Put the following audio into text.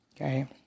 okay